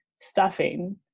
stuffing